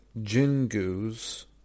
Jingu's